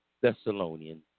Thessalonians